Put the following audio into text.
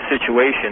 situation